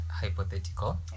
hypothetical